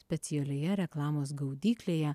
specialioje reklamos gaudyklėje